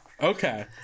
Okay